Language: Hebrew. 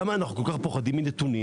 למה אנחנו כל כך פוחדים מנתונים?